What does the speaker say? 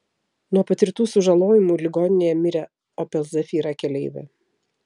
nuo patirtų sužalojimų ligoninėje mirė opel zafira keleivė